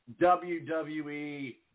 WWE